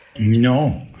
no